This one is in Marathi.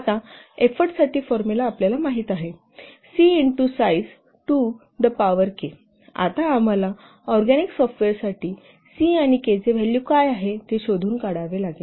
आता एफोर्टसाठी फॉर्म्युला आपल्याला माहित आहेः c into size to the power 'k' आता आम्हाला ऑरगॅनिक सॉफ्टवेअरसाठी 'C' आणि 'K' चे व्हॅल्यू काय आहे ते शोधून काढावे लागेल